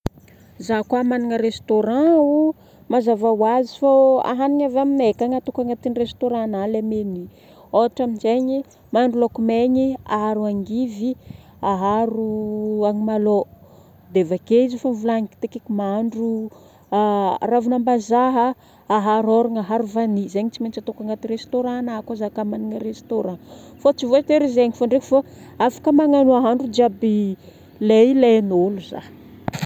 Za koa managna restaurant, mazava ho azy fô hanigny avy aminay no tegna ataoko agnatin'ny restaurant anahy. Ohatra amin'izegny, mahandro laoko maigny aharo angivy, aharo agnamalô. Dia vake soa vilagniko ty tiako mahandro ravin'ambazaha aharo ôrana, aharo vani. Zay no tsy maintsy ataoko agnaty restaurant anahako ao za koa za koa managna restaurant. Fa tsy voatery ho zegny fô ndraiky fô afaka manao nahndro jiaby lay ilain'olo za.